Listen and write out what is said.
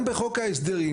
גם בחוק ההסדרים,